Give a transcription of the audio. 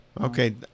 Okay